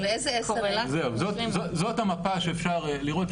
זאת המפה שאפשר לראות,